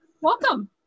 Welcome